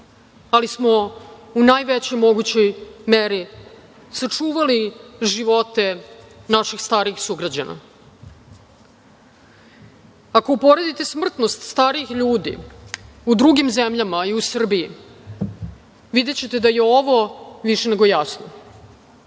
ali smo u najvećoj mogućoj meri sačuvali živote naših starijih sugrađana. Ako uporedite smrtnost starijih ljudi u drugim zemljama, a i u Srbiji, videćete da je ovo više nego jasno. Radili